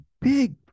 big